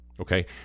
Okay